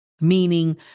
meaning